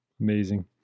Amazing